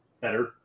better